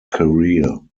career